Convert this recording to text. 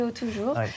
toujours